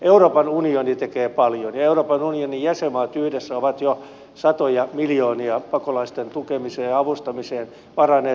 euroopan unioni tekee paljon ja euroopan unionin jäsenmaat yhdessä ovat jo satoja miljoonia pakolaisten tukemiseen ja avustamiseen varanneet